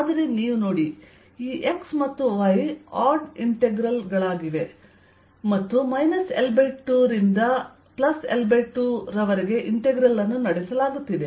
ಆದರೆ ನೀವು ನೋಡಿ ಈ x ಮತ್ತು y ಓಡ್ ಇಂಟೆಗ್ರಲ್ ಗಳಾಗಿವೆ ಮತ್ತು L2 ರಿಂದ L2 ರವರೆಗೆ ಇಂಟೆಗ್ರಲ್ ಅನ್ನು ನಡೆಸಲಾಗುತ್ತಿದೆ